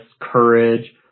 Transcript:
courage